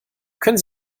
können